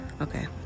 okay